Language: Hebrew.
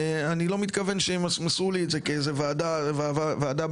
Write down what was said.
ואני לא מתכוון שימסמסו לי את זה כוועדה בהמשכים.